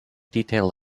detail